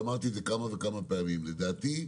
ואמרתי את זה כמה וכמה פעמים: לדעתי,